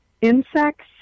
insects